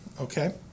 Okay